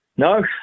No